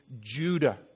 Judah